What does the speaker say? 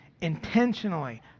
intentionally